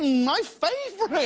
my favorite!